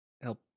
help